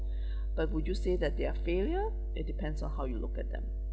but would you say that they are failure it depends on how you look at them